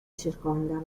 circondano